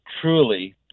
truly